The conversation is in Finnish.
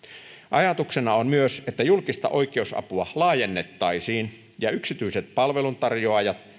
ajatuksena on myös että julkista oikeusapua laajennettaisiin ja yksityiset palveluntarjoajat